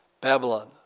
Babylon